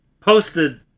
Posted